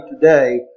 today